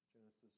Genesis